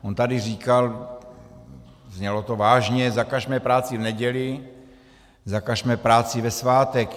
On tady říkal, znělo to vážně, zakažme práci v neděli, zakažme práci ve svátek.